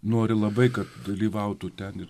nori labai kad dalyvautų ten ir